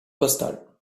postales